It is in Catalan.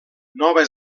nova